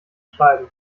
schreiben